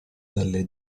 dalle